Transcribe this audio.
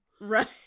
Right